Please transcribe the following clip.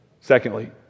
secondly